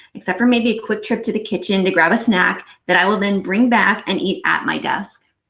except for maybe a quick trip to the kitchen to grab a snack that i will then bring back and eat at my desk.